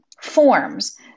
forms